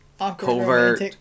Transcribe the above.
covert